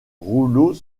rouleaux